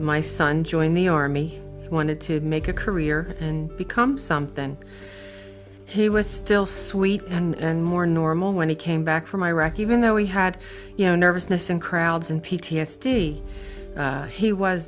my son joined the army wanted to make a career and become something he was still sweet and more normal when he came back from iraq even though he had you know nervousness in crowds and p t s d he was